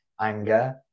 anger